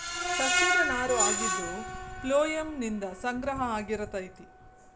ಸಸ್ಯದ ನಾರು ಆಗಿದ್ದು ಪ್ಲೋಯಮ್ ನಿಂದ ಸಂಗ್ರಹ ಆಗಿರತತಿ